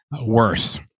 worse